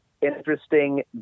interesting